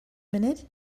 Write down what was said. minute